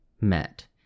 met